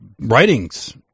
writings